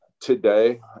today